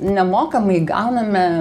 nemokamai gauname